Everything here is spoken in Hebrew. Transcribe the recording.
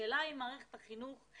השאלה היא אם מערכת הבריאות